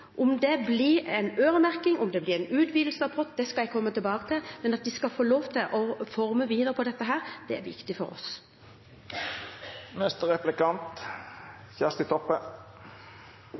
om det blir en øremerking, om det blir en utvidelse av pott – skal jeg komme tilbake til. At de skal få lov til å forme videre på dette, er viktig for oss.